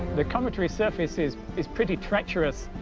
the cometry surface is is pretty treacherous.